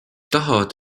tahavad